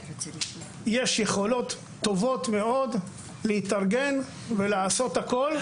יש יכולות טובות מאוד להתארגן ולעשות הכל,